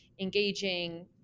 engaging